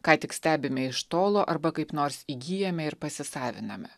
ką tik stebime iš tolo arba kaip nors įgyjame ir pasisaviname